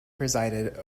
presided